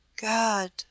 God